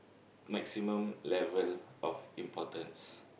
maximum level of importance